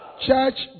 Church